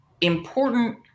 important